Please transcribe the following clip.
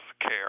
care